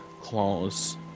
claws